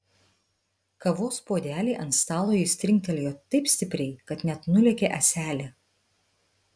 kavos puodelį ant stalo jis trinktelėjo taip stipriai kad net nulėkė ąselė